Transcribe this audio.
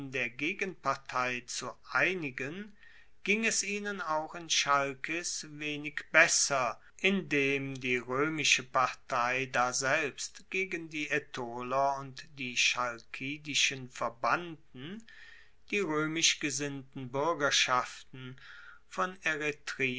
der gegenpartei zu einigen ging es ihnen auch in chalkis wenig besser indem die roemische partei daselbst gegen die aetoler und die chalkidischen verbannten die roemisch gesinnten buergerschaften von